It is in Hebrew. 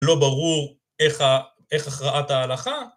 ‫לא ברור איך הכרעת ההלכה.